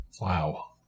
Wow